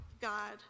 God